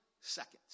seconds